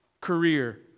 Career